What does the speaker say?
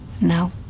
No